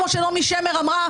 כמו שנעמי שמר אמרה,